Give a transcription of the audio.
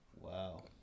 Wow